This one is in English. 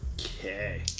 Okay